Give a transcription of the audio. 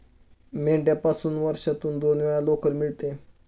मेंढ्यापासून वर्षातून दोन वेळा लोकर मिळते